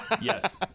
Yes